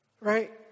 Right